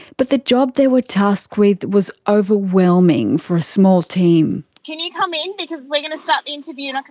but the job they were tasked with was overwhelming for a small team. can you come in cause we're gonna start interview.